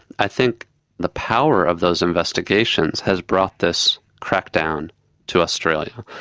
i think the power of those investigations has brought this crack-down to australia.